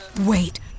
Wait